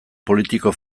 politiko